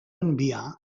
enviar